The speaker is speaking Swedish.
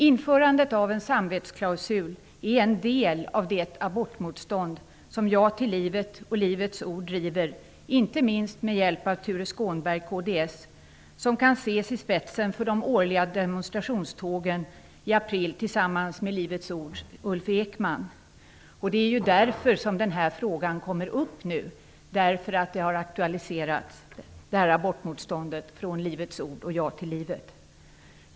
Införandet av en samvetsklausul är en del av det abortmotstånd som Ja till livet och Livets ord driver, inte minst med hjälp av Tuve Skånberg, kds, som kan ses i spetsen för de årliga demonstrationstågen i april tillsammans med Livets ords Ulf Ekman. Det är ju därför som denna fråga kommer upp. Den har aktualiserats genom abortmotståndet från Livets ord och Ja till livet.